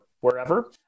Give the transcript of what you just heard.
wherever